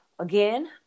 again